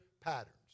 patterns